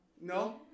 No